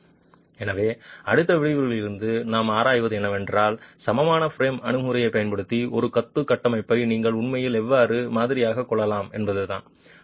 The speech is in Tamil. ஸ்லைடு நேரம் 4830 பார்க்கவும் எனவே அடுத்த விரிவுரையிலிருந்து நாம் ஆராய்வது என்னவென்றால் சமமான பிரேம் அணுகுமுறையைப் பயன்படுத்தி ஒரு கொத்து கட்டமைப்பை நீங்கள் உண்மையில் எவ்வாறு மாதிரியாகக் கொள்ளலாம் என்பதுதான்